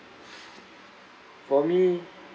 for me